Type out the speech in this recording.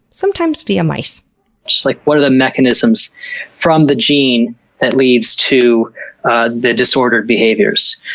sometimes via mice. just like, what are the mechanisms from the gene that leads to the disordered behaviors?